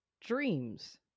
dreams